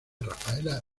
rafaela